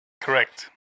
Correct